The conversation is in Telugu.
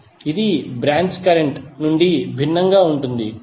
మరియు ఇది బ్రాంచ్ కరెంట్ నుండి భిన్నంగా ఉంటుంది